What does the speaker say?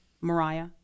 Mariah